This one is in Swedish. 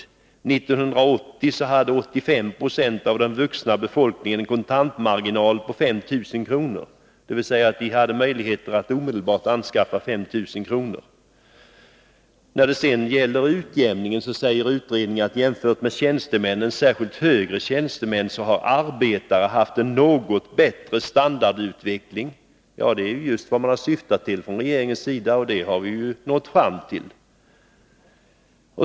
1980 hade 85 96 av den vuxna befolkningen en kontant marginal på 5 000 kr., dvs. att man omedelbart kunde anskaffa 5 000 kr. När det sedan gäller utjämningen säger utredningen att arbetare jämfört med tjänstemän, särskilt högre tjänstemän, har haft en något bättre standardutveckling. Det är just vad man syftat till från regeringens sida. Det har vi nått fram till.